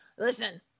Listen